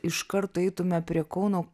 iš karto eitume prie kauno